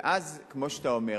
ואז, כמו שאתה אומר,